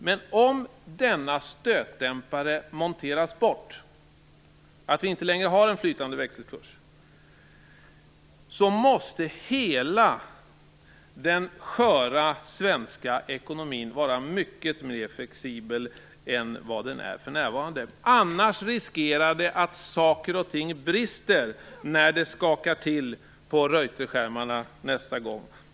Men om denna stötdämpare monteras bort, att vi inte längre har en flytande växelkurs, måste hela den sköra svenska ekonomin vara mycket mer flexibel än vad den för närvarande är, annars riskerar man att saker och ting brister när det skakar till på Reuterskärmarna nästa gång.